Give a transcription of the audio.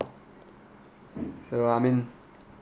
so I mean